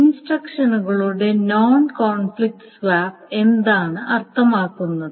ഇൻസ്ട്രക്ഷനുകളുടെ non conflict swap എന്താണ് അർത്ഥമാക്കുന്നത്